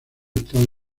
estados